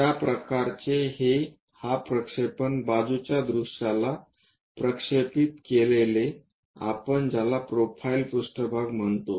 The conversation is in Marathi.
त्या प्रकारचे हा प्रक्षेपण बाजूच्या दृश्यला प्रक्षेपित केलेले आपण ज्याला प्रोफाईल पृष्ठभाग म्हणतो